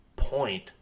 Point